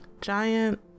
giant